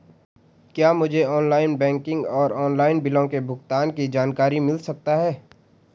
क्या मुझे online banking और ऑनलाइन बिलों के भुगतान की जानकारी मिल सकता है?